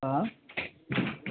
हाँ